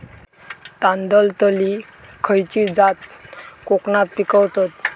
तांदलतली खयची जात कोकणात पिकवतत?